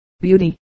beauty